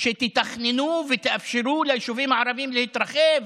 שתתכננו ותאפשרו ליישובים הערביים להתרחב,